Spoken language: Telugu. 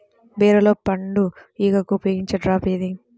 బీరలో పండు ఈగకు ఉపయోగించే ట్రాప్ ఏది?